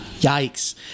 Yikes